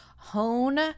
hone